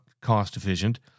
cost-efficient